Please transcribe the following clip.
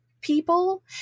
people